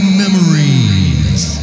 memories